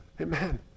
Amen